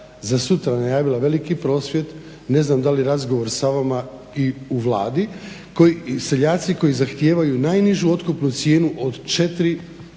za sutra najavila veliki prosvjed, ne znam da li razgovor sa vama i u Vladi i seljaci koji zahtijevaju najnižu otkupnu cijenu od